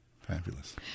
Fabulous